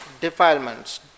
defilements